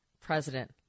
president